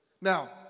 Now